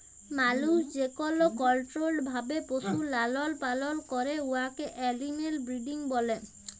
মালুস যেকল কলট্রোল্ড ভাবে পশুর লালল পালল ক্যরে উয়াকে এলিম্যাল ব্রিডিং ব্যলে